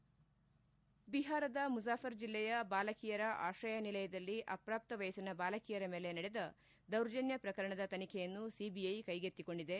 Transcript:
head ಬಿಹಾರದ ಮುಜಾಫರ್ ಜಿಲ್ಲೆಯ ಬಾಲಕಿಯರ ಆಶ್ರಯ ನಿಲಯದಲ್ಲಿ ಅಪ್ರಾಪ್ತ ವಯಸ್ಲಿನ ಬಾಲಕಿಯ ಮೇಲೆ ನಡೆದ ದೌರ್ಜನ್ಯ ಪ್ರಕರಣದ ತನಿಖೆಯನ್ನು ಸಿಬಿಐ ಕೈಗೆತ್ತಿಕೊಂಡಿದೆ